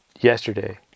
yesterday